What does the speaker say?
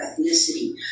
ethnicity